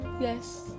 Yes